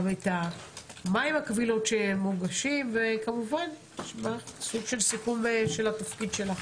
גם מה הן הקבילות שמוגשות וכמובן סיכום של התפקיד שלך.